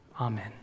Amen